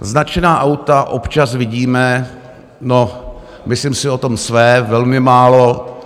Značená auta občas vidíme no, myslím si o tom své velmi málo.